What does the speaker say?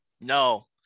No